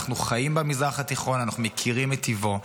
אנחנו חיים במזרח התיכון, אנחנו מכירים את טיבו.